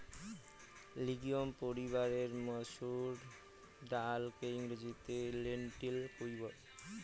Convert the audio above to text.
legume পরিবারের মসুর ডালকে ইংরেজিতে লেন্টিল কুহ